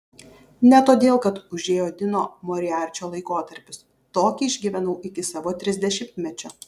ne todėl kad užėjo dino moriarčio laikotarpis tokį išgyvenau iki savo trisdešimtmečio